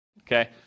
okay